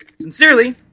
Sincerely